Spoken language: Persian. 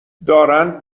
دارند